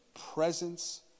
presence